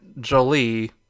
Jolie